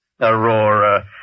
Aurora